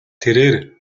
тэрээр